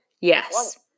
Yes